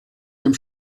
dem